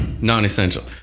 Non-essential